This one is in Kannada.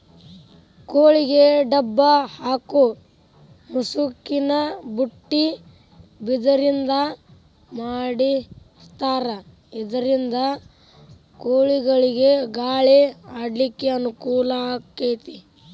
ಕೋಳಿಗೆ ಡಬ್ಬ ಹಾಕು ಮುಸುಕಿನ ಬುಟ್ಟಿ ಬಿದಿರಿಂದ ಮಾಡಿರ್ತಾರ ಇದರಿಂದ ಕೋಳಿಗಳಿಗ ಗಾಳಿ ಆಡ್ಲಿಕ್ಕೆ ಅನುಕೂಲ ಆಕ್ಕೆತಿ